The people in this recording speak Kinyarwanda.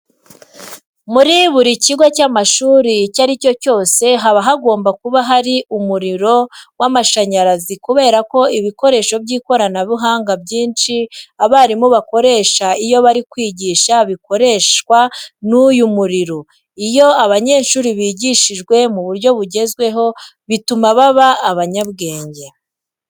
Muri buri kigo cy'amashuri icyo ari cyo cyose haba hagomba kuba hari umuriro w'amashanyarazi kubera ko ibikoresho by'ikoranabuhanga byinshi abarimu bakoresha iyo bari kwigisha bikoreshwa n'uyu muriro. Iyo abanyeshuri bigishijwe mu buryo bugezweho bituma baba abanyabwenge.